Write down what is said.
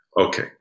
Okay